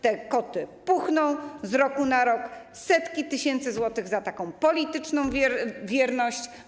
Te koty puchną z roku na rok, setki tysięcy złotych za taką polityczną wierność.